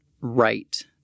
right